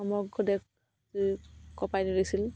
সমগ্ৰ দেশ কঁপাই তুলিছিল